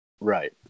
Right